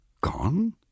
Gone